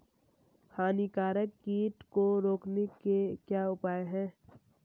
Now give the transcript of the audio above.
हानिकारक कीट को रोकने के क्या उपाय हैं?